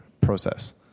process